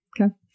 okay